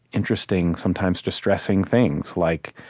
interesting, sometimes distressing things, like,